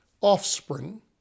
offspring